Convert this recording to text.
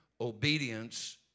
obedience